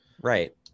Right